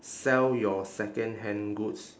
sell your secondhand goods